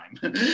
time